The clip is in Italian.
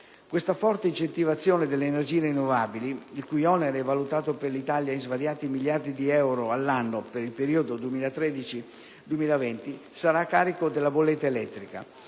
Questa forte incentivazione delle energie rinnovabili, il cui onere è valutato per l'Italia in svariati miliardi di euro all'anno per il periodo 2013-2020, sarà a carico della bolletta elettrica.